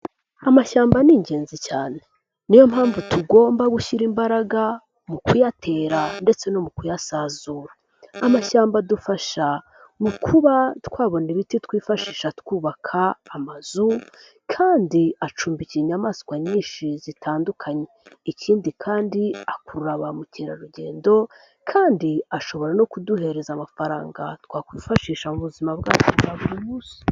Amashyamba ni ingenzi cyane. Niyo mpamvu tugomba gushyira imbaraga mu kuyatera ndetse no mu kuyasazura. Amashyamba adufasha mu kuba twabona ibiti twifashisha twubaka amazu kandi acumbikiye inyamaswa nyinshi zitandukanye. Ikindi kandi akurura ba mukerarugendo kandi ashobora no kuduhereza amafaranga twakwifashisha mu buzima bwacu bwa buri munsi.